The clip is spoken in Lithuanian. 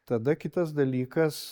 tada kitas dalykas